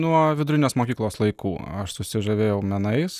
nuo vidurinės mokyklos laikų aš susižavėjau menais